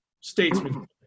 statesman